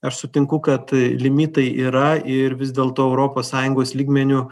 aš sutinku kad limitai yra ir vis dėlto europos sąjungos lygmeniu